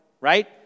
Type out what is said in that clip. right